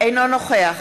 אינו נוכח